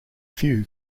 few